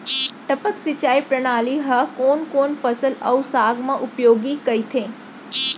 टपक सिंचाई प्रणाली ह कोन कोन फसल अऊ साग म उपयोगी कहिथे?